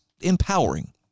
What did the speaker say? empowering